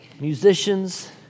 musicians